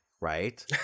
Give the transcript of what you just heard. right